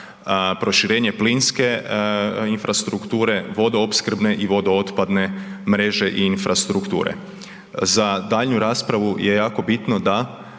proširenje plinske infrastrukture, vodoopskrbne i vodootpadne mreže i infrastrukture. Za daljnju raspravu je jako bitno da